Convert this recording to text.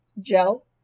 gel